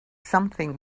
something